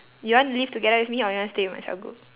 you want leave together with me or you want stay with my cell group